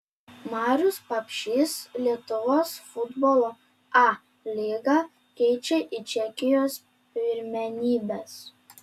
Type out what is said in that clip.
marius papšys lietuvos futbolo a lygą keičia į čekijos pirmenybes